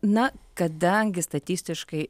na kadangi statistiškai